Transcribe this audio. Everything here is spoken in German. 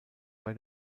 bei